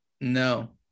no